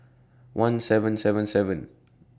one seven seven seven